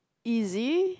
easy